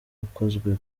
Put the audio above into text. ukozwe